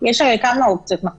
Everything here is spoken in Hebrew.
כמה אופציות.